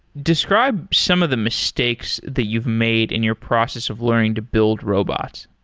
describe some of the mistakes that you've made in your process of learning to build robots.